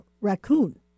raccoon